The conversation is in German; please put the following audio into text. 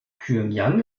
pjöngjang